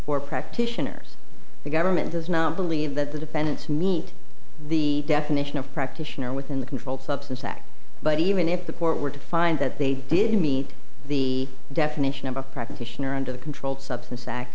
for practitioners the government does not believe that the defendants meet the definition of practitioner within the controlled substance act but even if the court were to find that they didn't meet the definition of a practitioner under the controlled substances act